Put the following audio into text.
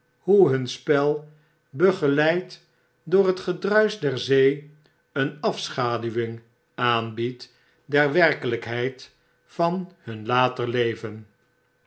hoe hun spel begeleid door het geruiscn der zee een afschaduwing aanbiedt der werkelykheid van hun later